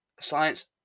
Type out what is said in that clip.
science